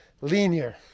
linear